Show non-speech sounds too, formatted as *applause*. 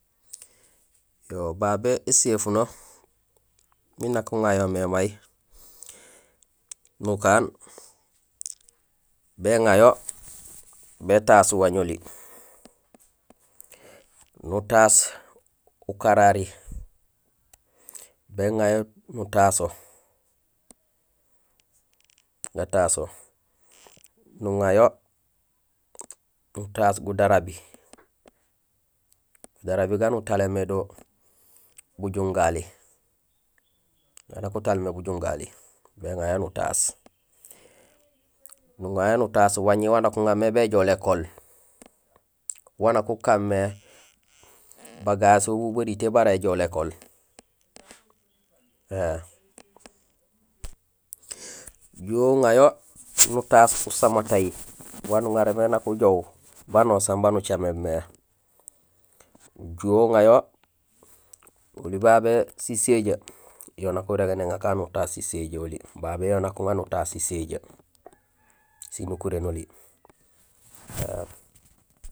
Yo babé éséfuno miin nak uŋayo mé may nukaan, béŋayo bétaas wañoli, nutaas ukarari, béŋayo nutaso; gataso, nuŋayo nutaas gadarabi; gudarabi gaan utalémé do bujungali; ga nak utaal mé bujungali, béŋayo nutaas, nuŋa yo nutaas wañi wan nak uŋamé béjoow lékool, wan nak ukan mé bagasi ubu baritee bara éjoow lékool éé nujuhé uŋayo nutaas *noise* usamatahi wan nuŋarémé nak ujoow banusaan baan ucaméén mé, nujuhé uŋayo; oli babé siséjee yo nak urégéén éŋa ka nutaas siséjee oli babé yo nak uŋa nutaas siséjee, sinukuréén *noise* oli éém